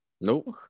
Nope